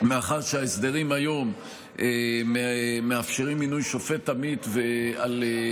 ההסדרים היום מאפשרים מינוי שופט עמית ועוסקים